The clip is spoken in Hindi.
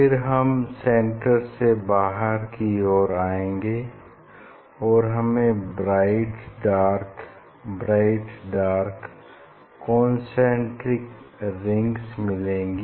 फिर हम सेन्टर से बाहर की ओर आएँगे और हमें bright dark bright dark concentric rings मिलेंगी